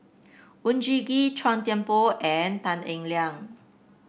Oon Jin Gee Chua Thian Poh and Tan Eng Liang